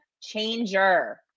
changer